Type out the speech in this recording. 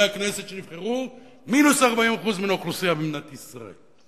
הכנסת שנבחרו מינוס 40% מן האוכלוסייה במדינת ישראל.